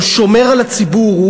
הוא שומר על הציבור,